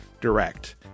Direct